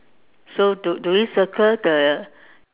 so do do we circle the